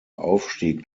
aufstieg